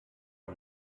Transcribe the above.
vor